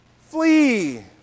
Flee